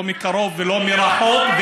לא מקרוב ולא מרחוק.